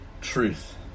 truth